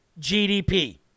GDP